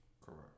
Correct